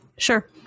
sure